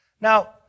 Now